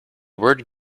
word